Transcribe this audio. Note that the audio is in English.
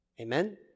Amen